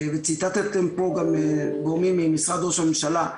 וציטטתם פה גם גורמים ממשרד ראש הממשלה,